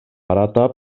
farata